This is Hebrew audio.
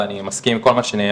ואני מסכים עם כל מה שנאמר.